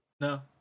No